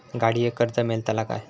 गाडयेक कर्ज मेलतला काय?